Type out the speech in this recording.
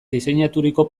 diseinaturiko